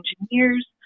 engineers